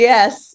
Yes